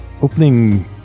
Opening